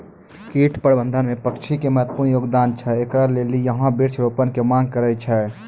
कीट प्रबंधन मे पक्षी के महत्वपूर्ण योगदान छैय, इकरे लेली यहाँ वृक्ष रोपण के मांग करेय छैय?